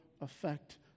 effect